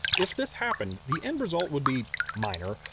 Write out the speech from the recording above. if this happened the end result would be minor,